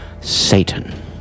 Satan